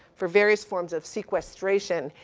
for various forms of sequestration,